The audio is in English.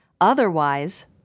Otherwise